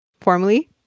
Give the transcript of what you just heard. formally